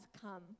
come